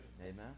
Amen